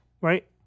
right